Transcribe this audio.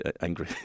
angry